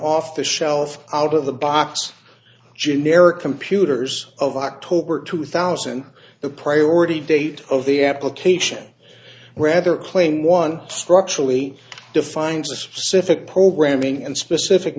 off the shelf out of the box generic computers of october two thousand the priority date of the application rather clane one structurally defines a specific programming and specific